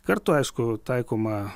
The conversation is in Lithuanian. kartu aišku taikoma